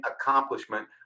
accomplishment